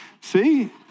See